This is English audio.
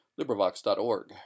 LibriVox.org